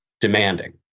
demanding